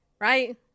right